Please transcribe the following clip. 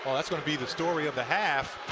that's going to be the story of the half.